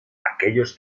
aquellos